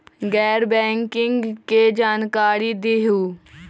गैर बैंकिंग के जानकारी दिहूँ?